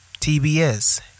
TBS